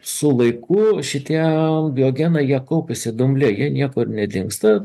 su laiku šitie biogenai jie kaupiasi dumble jie niekur nedingsta